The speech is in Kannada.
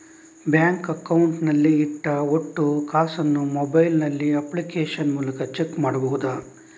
ಬ್ಯಾಂಕ್ ಅಕೌಂಟ್ ನಲ್ಲಿ ಇಟ್ಟ ಒಟ್ಟು ಕಾಸನ್ನು ಮೊಬೈಲ್ ನಲ್ಲಿ ಅಪ್ಲಿಕೇಶನ್ ಮೂಲಕ ಚೆಕ್ ಮಾಡಬಹುದಾ?